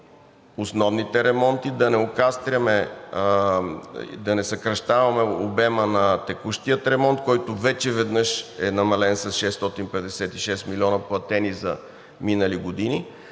не окастряме, да не съкращаваме обема на текущия ремонт, който вече веднъж е намален с 656 милиона, платени за минали години.